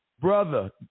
Brother